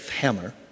hammer